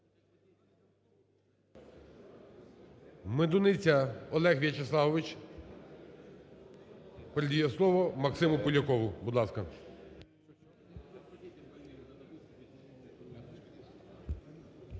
Медуниця Олег В'ячеславович передає слово Максиму Полякову, будь ласка.